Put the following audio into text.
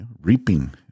reaping